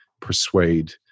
persuade